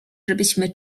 żebyśmy